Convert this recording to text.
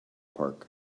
park